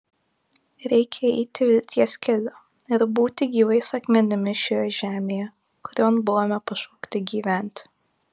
reikia eiti vilties keliu ir būti gyvais akmenimis šioje žemėje kurion buvome pašaukti gyventi